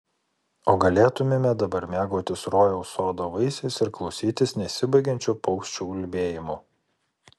o galėtumėme dabar mėgautis rojaus sodo vaisiais ir klausytis nesibaigiančių paukščių ulbėjimų